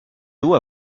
d’eau